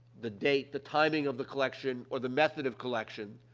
the date, the timing of the collection, or the method of collection,